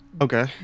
okay